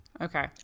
Okay